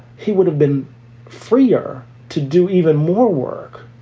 he would have been freer to do even more work.